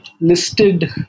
listed